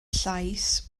llais